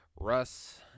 Russ